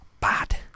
bad